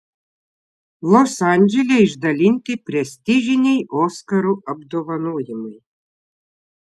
los andžele išdalinti prestižiniai oskarų apdovanojimai